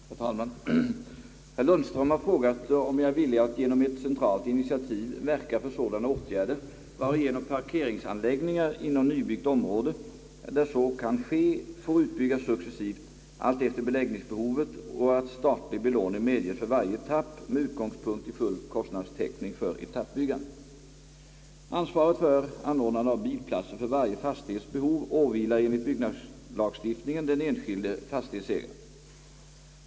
Herr talman! Herr Lundström har frågat om jag är villig att genom ett centralt initiativ verka för sådana åtgärder, varigenom parkeringsanläggningar inom nybyggt område, där så kan ske, får utbyggas successivt alltefter beläggningsbehovet och att statlig belåning medges för varje etapp med utgångspunkt i full kostnadstäckning för etappbyggandet. Ansvaret för anordnande av bilplatser för varje fastighets behov åvilar enligt byggnadslagstiftningen den enskilde fastighetsägaren.